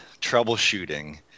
troubleshooting